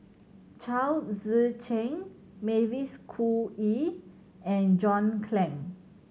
Chao Tzee Cheng Mavis Khoo Oei and John Clang